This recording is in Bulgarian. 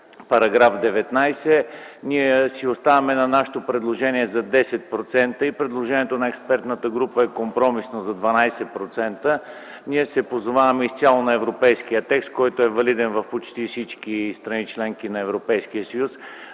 § 19 – ние си оставаме на нашето предложение за 10%. Предложението на експертната група е компромисно – за 12%. Ние се позоваваме изцяло на европейския текст за 10%, който е валиден в почти всички страни – членки на Европейския съюз.